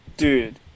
Dude